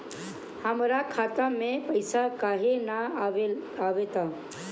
हमरा खाता में पइसा काहे ना आव ता?